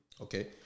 Okay